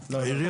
העירייה.